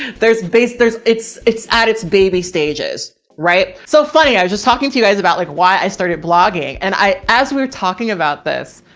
there's base, there's, it's, it's at its baby stages. right. so funny, i was just talking to you guys about like why i started blogging and i, as we were talking about this,